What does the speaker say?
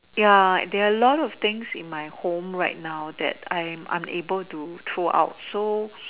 ya there are a lot of things in my home right now that I'm unable to throw out so